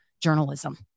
journalism